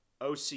OC